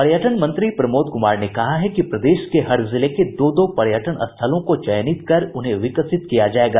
पर्यटन मंत्री प्रमोद कुमार ने कहा है कि प्रदेश के हर जिले के दो दो पर्यटन स्थलों को चयनित कर उन्हें विकसित किया जायेगा